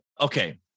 Okay